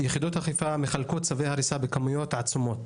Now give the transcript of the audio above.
יחידות אכיפה מחלקות צווי הריסה בכמויות עצומות.